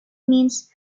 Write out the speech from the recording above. means